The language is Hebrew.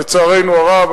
לצערנו הרב.